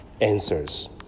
answers